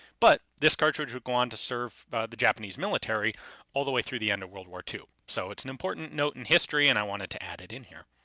but this cartridge would go on to serve the japanese military all the way through the end of world war two. so it's an important note in history and i wanted to add it in here.